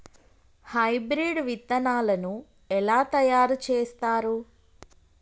Hybrid విత్తనాలను ఎలా తయారు చేస్తారు?